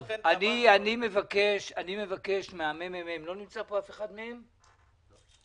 אני מבקש ממרכז המחקר